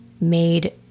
made